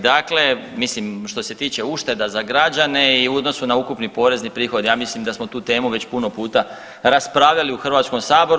Dakle, mislim što se tiče ušteda za građane i u odnosu na ukupni porezni prihod, ja mislim da smo tu temu već puno puta raspravljali u Hrvatskom saboru.